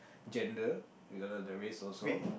gender regardless the race also